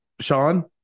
sean